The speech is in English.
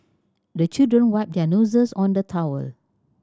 the children wipe their noses on the towel